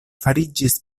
fariĝis